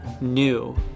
new